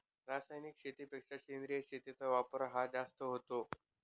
रासायनिक शेतीपेक्षा सेंद्रिय शेतीचा वापर हा जास्त होतो